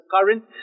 current